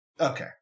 okay